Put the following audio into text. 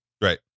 right